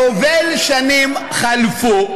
יובל שנים חלפו,